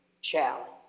challenge